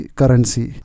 currency